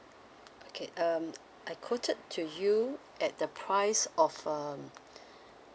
okay um I quoted to you at the price of um